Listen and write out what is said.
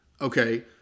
Okay